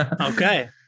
Okay